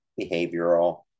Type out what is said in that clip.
behavioral